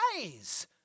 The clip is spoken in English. eyes